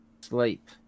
sleep